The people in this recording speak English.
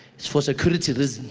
it's for security reasons